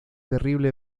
terrible